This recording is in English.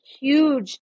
huge